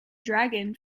dragon